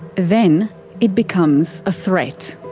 then it becomes a threat.